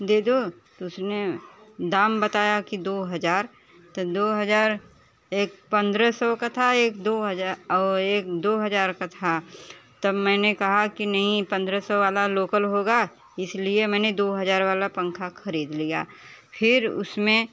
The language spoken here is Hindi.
दे दो तो उसने दाम बताया की दो हजार तो दो हजार एक पंद्रह सौ का था एक दो हजार आउ एक दो हजार का था तब मैंने कहाँ की नहीं पंद्रह सौ वाला लोकल होगा इसलिए मैंने दो हजार वाला पंखा खरीद लिया फिर उसमें